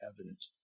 evident